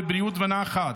בבריאות ונחת.